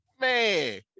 Man